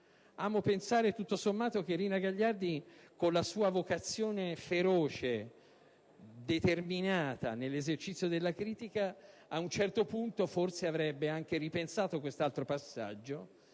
amo pensare che Rina Gagliardi, con la sua vocazione feroce e determinata nell'esercizio della critica, ad un certo punto forse avrebbe anche ripensato quest'altro passaggio